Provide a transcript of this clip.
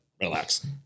Relax